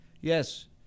Yes